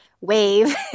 wave